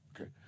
Okay